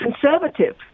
conservative